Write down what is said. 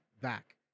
back